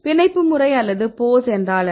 பிணைப்பு முறை அல்லது போஸ் என்றால் என்ன